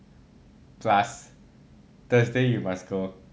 plus thursday you must go